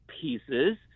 pieces